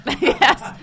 Yes